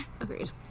Agreed